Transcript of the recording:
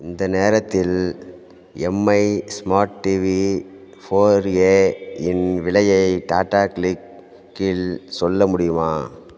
இந்த நேரத்தில் Mi smart TV four A இன் விலையை டாடா க்ளிக் இல் சொல்ல முடியுமா